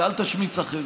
ואל תשמיץ אחרים.